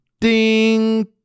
Ding